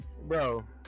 Bro